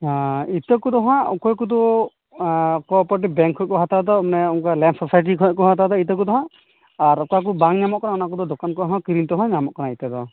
ᱤᱛᱟᱹ ᱠᱚᱫᱚ ᱦᱟᱜ ᱚᱠᱚᱭ ᱠᱚᱫᱚ ᱠᱳᱯᱟᱨᱤᱴᱤᱵ ᱵᱮᱝᱠ ᱠᱷᱚᱡ ᱠᱚ ᱦᱟᱛᱟᱣ ᱮᱫᱟ ᱚᱱᱮ ᱚᱱᱠᱟ ᱞᱮᱢᱯ ᱥᱳᱥᱟᱭᱤᱴᱤ ᱡᱷᱚᱡ ᱠᱚ ᱦᱟᱛᱟᱣ ᱮᱫᱟ ᱤᱛᱟᱹ ᱠᱚᱫᱚ ᱦᱟᱜ ᱟᱨ ᱚᱠᱟ ᱠᱚ ᱵᱟᱝ ᱧᱟᱢᱚᱜ ᱠᱟᱱᱟ ᱚᱱᱟ ᱠᱚᱫᱚ ᱫᱚᱠᱟᱱ ᱠᱷᱚᱡ ᱦᱚᱸ ᱠᱤᱨᱤᱧ ᱛᱮᱦᱚᱸ ᱧᱟᱢᱚᱜ ᱠᱟᱱᱟ ᱤᱛᱟᱹ ᱫᱚ